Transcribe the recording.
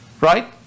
Right